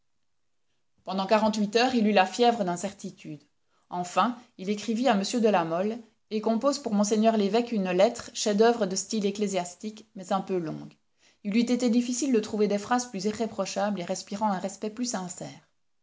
pendant quarante-huit heures il eut la fièvre d'incertitude enfin il écrivit à m de la mole et compose pour mgr l'évêque une lettre chef-d'oeuvre de style ecclésiastique mais un peu longue il eut été difficile de trouver des phrases plus irréprochables et respirant un respect plus sincère